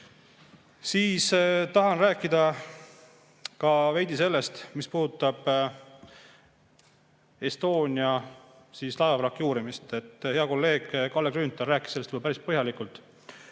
Aitäh! Tahan rääkida veidi ka sellest, mis puudutab Estonia laevavraki uurimist. Hea kolleeg Kalle Grünthal rääkis sellest päris põhjalikult.